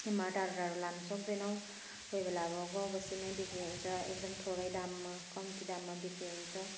मा टाडो टाडो लानु सक्दैनौँ कोही बेला अब गाउँ बस्तीमै बिक्री हुन्छ एकदम थोरै दाममा कम्ती दाममा बिक्री हुन्छ